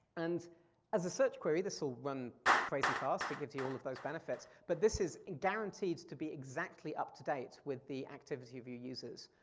and as a search query, this will run crazy fast. it gives you all of those benefits. but this is and guaranteed to be exactly up to date with the activity of your users.